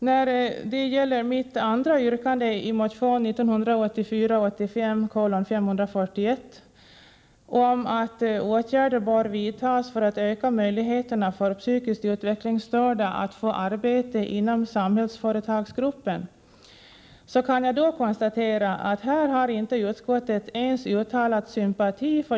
När det gäller mitt andra yrkande i motionen 1984/85:541 om att åtgärder bör vidtas för att öka möjligheterna för psykiskt utvecklingsstörda att få arbete inom Samhällsföretagsgruppen, kan jag då konstatera att för denna handikappgrupp har utskottet inte ens uttalat sympati.